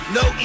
no